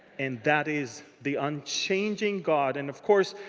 and that is the unchanging god. and of course,